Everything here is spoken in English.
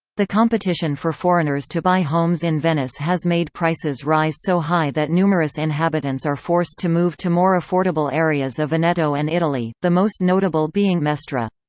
the competition for foreigners to buy homes in venice has made prices rise so high that numerous inhabitants are forced to move to more affordable areas of veneto and italy, the most notable being mestre.